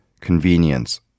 Convenience